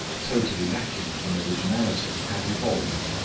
totally lacking in originality, have evolved.